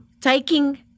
taking